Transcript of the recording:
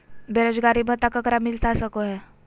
बेरोजगारी भत्ता ककरा मिलता सको है?